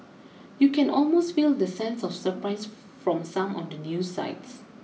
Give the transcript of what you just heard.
you can almost feel the sense of surprise from some of the news sites